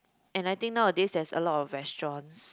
and I think nowadays there is a lot of restaurants